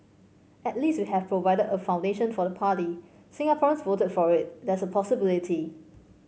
at least we have provided a foundation for the party Singaporeans voted for it there's a possibility